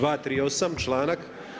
238. članak.